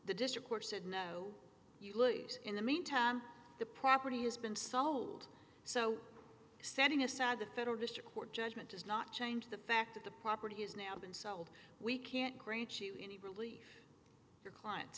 the district court said no you lose in the meantime the property has been sold so setting aside the federal district court judgment does not change the fact that the property has now been sold we can't grant any relief your clients